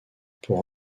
pour